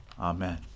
Amen